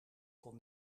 kon